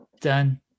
done